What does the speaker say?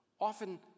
often